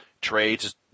trades